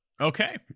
okay